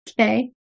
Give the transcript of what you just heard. Okay